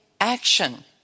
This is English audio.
action